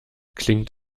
klingt